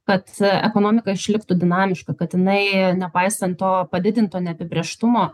kad ekonomika išliktų dinamiška kad jinai nepaisant to padidinto neapibrėžtumo